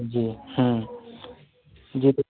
जी जी तो